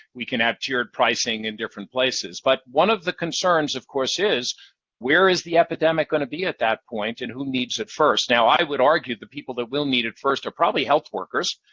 we can have tiered pricing in different places. but one of the concerns, of course, is where is the epidemic going to be at that point and who needs it first? i would argue that people that will need it first are probably health workers,